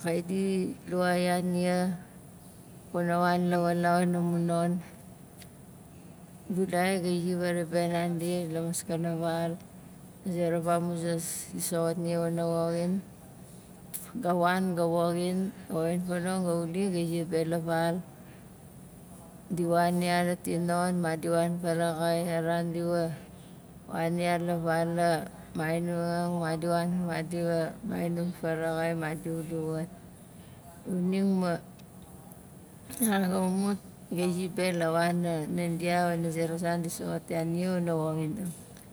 kait di lua ya nia kuna wan lawalau la mun non bulai gai zi varaxaai be nandi la maskana val a zera vamuzas di soxot nia wana woxin ga wan ga woxin, woxin fanong ga wuli gai zi be la val di wan ya la ti non madi wan faraxai a ran di wa- wan ya la val a mainonang madi wan madi wa mainonang faraxai madi uli wat xuning ma a ran ga mumut gai zi be la wana nandi wana zera zan di soxot ya nia wana woxinang